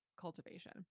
cultivation